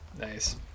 Nice